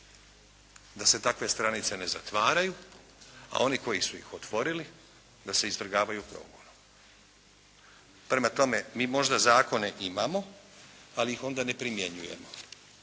da se takve stranice ne otvaraju, a oni koji su ih otvorili da se izvrgavaju progonu. Prema tome, mi možda zakone imamo ali ih ne primjenjujemo.